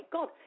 God